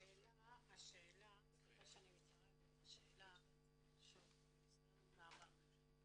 השאלה, שוב, מניסיון העבר.